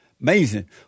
amazing